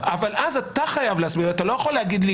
אבל אז אתה חייב להסביר, אתה לא יכול להגיד לי: